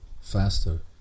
faster